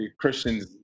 Christians